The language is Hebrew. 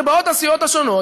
הרי באות הסיעות השונות,